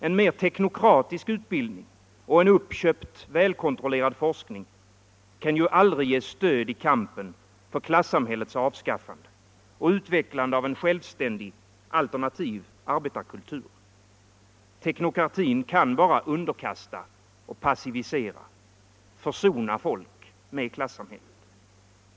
En mer teknokratisk utbildning och en uppköpt, välkontrollerad forskning kan aldrig ge stöd i kampen för klassamhällets avskaffande och utvecklande av en självständig alternativ arbetarkultur. Teknokratin kan bara underkasta och passivisera, försona folk med klasssamhället.